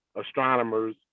astronomers